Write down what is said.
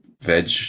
veg